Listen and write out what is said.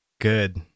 Good